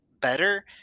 better